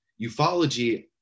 ufology